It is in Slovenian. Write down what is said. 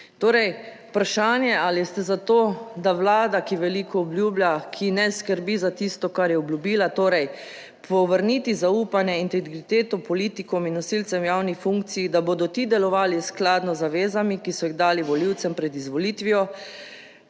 Torej vprašanje ali ste za to, da Vlada, ki veliko obljublja, ki ne skrbi za tisto, kar je obljubila, torej, povrniti zaupanje, integriteto politikom in nosilcem javnih funkcij, da bodo ti delovali skladno z zavezami, ki so jih dali volivcem pred izvolitvijo,